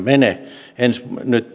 mene nyt